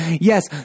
Yes